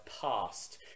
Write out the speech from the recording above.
past